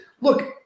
look